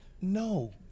No